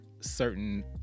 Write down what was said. certain